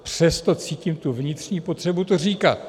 Přesto cítím vnitřní potřebu to říkat.